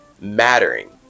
mattering